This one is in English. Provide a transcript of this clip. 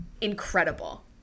incredible